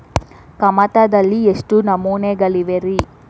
ಕಮತದಲ್ಲಿ ಎಷ್ಟು ನಮೂನೆಗಳಿವೆ ರಿ?